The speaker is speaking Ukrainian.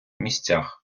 місцях